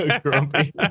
grumpy